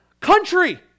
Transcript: country